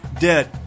dead